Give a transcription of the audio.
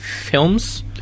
films